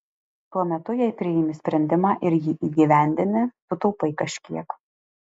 tuo metu jei priimi sprendimą ir jį įgyvendini sutaupai kažkiek